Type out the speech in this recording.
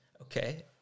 okay